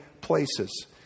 places